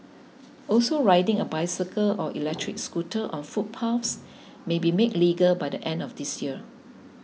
also riding a bicycle or electric scooter on footpaths may be made legal by the end of this year